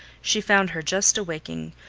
she found her just awaking,